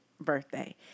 birthday